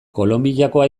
kolonbiakoa